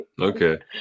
okay